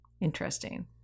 Interesting